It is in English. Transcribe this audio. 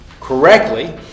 correctly